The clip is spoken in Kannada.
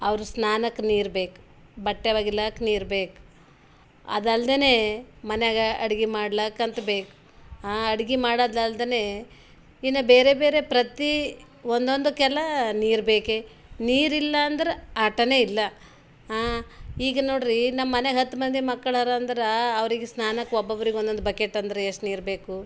ಅವರ ಸ್ನಾನಕ್ಕೆ ನೀರು ಬೇಕು ಬಟ್ಟೆ ಒಗಿಲಾಕ ನೀರು ಬೇಕು ಅದು ಅಲ್ದೆ ಮನ್ಯಾಗ ಅಡ್ಗೆ ಮಾಡ್ಲಾಕ ಅಂತ ಬೇಕು ಆ ಅಡ್ಗೆ ಮಾಡೋದಲ್ದನೇ ಇನ್ನೂ ಬೇರೆ ಬೇರೆ ಪ್ರತಿ ಒನ್ನೊಂದಕ್ಕೆಲ್ಲ ನೀರು ಬೇಕೆ ನೀರು ಇಲ್ಲ ಅಂದ್ರೆ ಆಟನೇ ಇಲ್ಲ ಈಗ ನೋಡಿರಿ ನಮ್ಮ ಮನೆಗ ಹತ್ತು ಮಂದಿ ಮಕ್ಳು ಅರ ಅಂದ್ರೆ ಅವ್ರಿಗೆ ಸ್ನಾನಕ್ಕೆ ಒಬ್ಬೊಬ್ರಿಗೆ ಒನೊಂದು ಬಕೆಟ್ ಅಂದ್ರೆ ಎಷ್ಟು ನೀರು ಬೇಕು